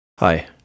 Hi